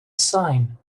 sign